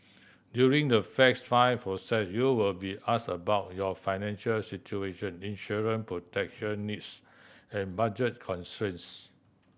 during the fact find process you will be asked about your financial situation insurance protection needs and budget constraints